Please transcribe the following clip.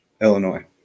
Illinois